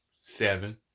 seven